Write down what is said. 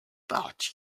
but